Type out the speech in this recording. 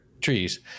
trees